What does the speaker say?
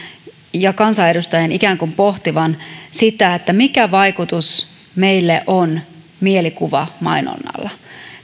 ja kansanedustajien ikään kuin pohtivan sitä mikä vaikutus meihin on mielikuvamainonnalla